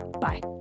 Bye